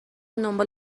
دنبال